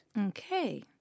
Okay